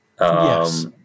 Yes